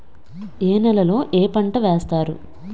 ఏ నేలలో ఏ పంట వేస్తారు?